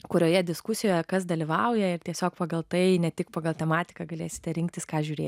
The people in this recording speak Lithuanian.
kurioje diskusijoje kas dalyvauja ir tiesiog pagal tai ne tik pagal tematiką galėsite rinktis ką žiūrėti